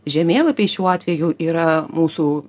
žemėlapiai šiuo atveju yra mūsų